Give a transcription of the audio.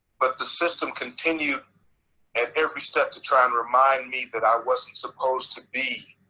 but the system continued and every step to try and remind me that i wasn't supposed to be